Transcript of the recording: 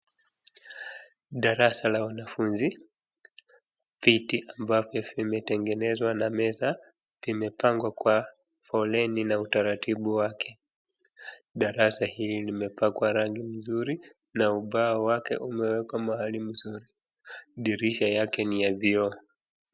Darasa la wanafuzi, viti ambavyo vimetegenezwa na meza vimepangwa kwa foleni na utaratibu wake. Darasa hili limepakwa rangi mzuri na ubao wake umewekwa mahali mzuri. Dirisha yake ni ya vioo.